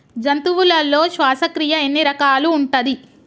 జంతువులలో శ్వాసక్రియ ఎన్ని రకాలు ఉంటది?